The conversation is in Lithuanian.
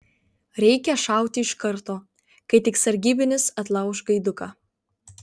reikia šauti iš karto kai tik sargybinis atlauš gaiduką